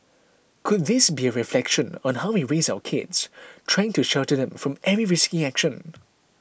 could this be a reflection on how we raise our kids trying to shelter them from every risky action